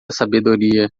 sabedoria